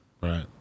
Right